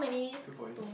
two points